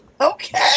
Okay